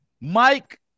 Mike